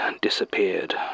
disappeared